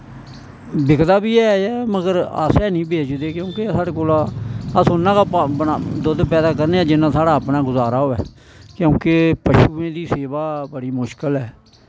बिकदा बी ऐ ऐ मगर अस हैन्नी बेचदे क्युंकि साढ़े कोलां अस उन्ना गै दुध पैदा करने आं जिन्ना साढ़ा अपना गजारा होवे क्युंकि पशुएं दी सेवा बड़ी मुश्कल ऐ